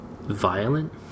violent